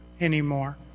anymore